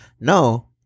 no